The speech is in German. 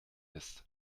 ist